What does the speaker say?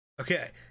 Okay